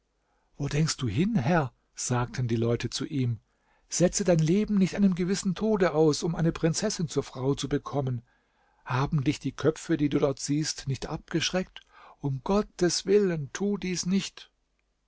wo denkst du hin herr sagten die leute zu ihm setze dein leben nicht einem gewissen tode aus um eine prinzessin zur frau zu bekommen haben dich die köpfe die du dort siehst nicht abgeschreckt um gottes willen tu dies nicht